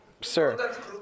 sir